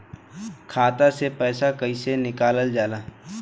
खाता से पैसा कइसे निकालल जाला?